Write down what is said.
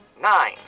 Nine